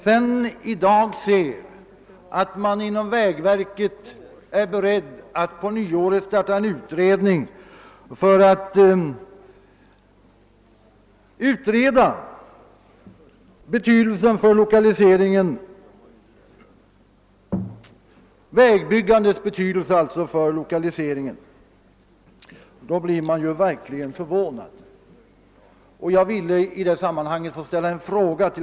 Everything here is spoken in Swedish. Men så läser jag i dag att man inom vägverket är beredd att på nyåret starta en utredning för att klarlägga vägbyggandets betydelse för lokaliseringen, och då blir jag verkligen förvånad.